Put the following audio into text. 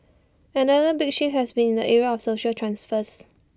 another big shift has been in the area of social transfers